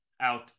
out